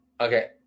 Okay